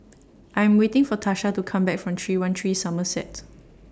I Am waiting For Tasha to Come Back from three one three Somerset